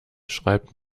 schreibt